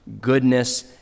goodness